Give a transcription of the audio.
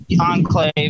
Enclave